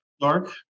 Dark